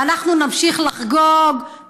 ואנחנו נמשיך לחגוג,